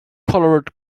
colored